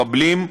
מחבלים,